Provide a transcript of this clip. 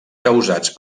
causats